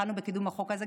התחלנו בקידום החוק הזה,